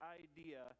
idea